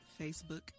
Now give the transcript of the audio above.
Facebook